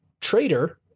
trader